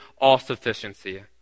all-sufficiency